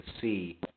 see